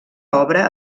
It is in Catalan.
obra